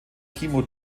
timo